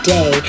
Day